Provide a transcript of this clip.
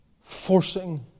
forcing